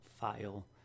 file